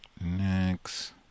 Next